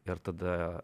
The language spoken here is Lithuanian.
ir tada